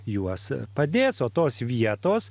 juos padės o tos vietos